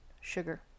sugar